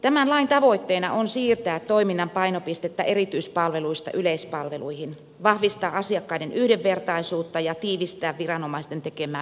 tämän lain tavoitteena on siirtää toiminnan painopistettä erityispalveluista yleispalveluihin vahvistaa asiakkaiden yhdenvertaisuutta ja tiivistää viranomaisten tekemää yhteistyötä